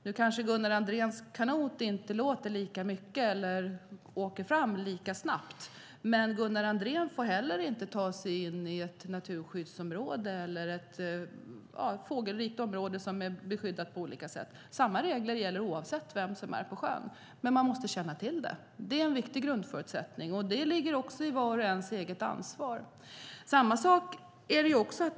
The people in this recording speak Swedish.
Nu kanske Gunnar Andréns kanot inte låter lika mycket eller åker fram lika snabbt som en vattenskoter, men inte heller Gunnar Andrén får ta sig in i ett naturskyddsområde eller ett fågelrikt område som är skyddat på något sätt. Samma regler gäller oavsett vem som är på sjön. Och man måste känna till dem, vilket är en viktig grundförutsättning. Det ligger i vars och ens eget ansvar.